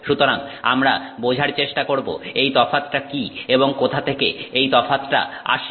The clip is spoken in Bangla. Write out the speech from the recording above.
সুতরাং আমরা বোঝার চেষ্টা করব এই তফাতটা কি এবং কোথা থেকে এই তফাতটা আসে